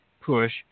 PUSH